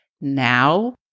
now